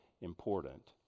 important